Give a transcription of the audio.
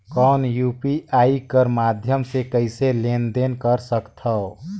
कौन यू.पी.आई कर माध्यम से कइसे लेन देन कर सकथव?